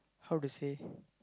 how to say